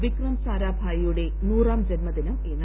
വിക്രം സാരാഭായിയുടെ നൂറാം ജന്മദിനം ഇന്ന്